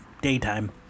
daytime